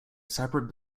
separate